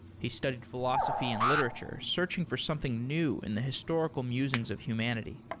he studied philosophy and literature, searching for something new in the historical musings of humanity.